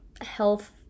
health